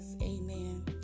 Amen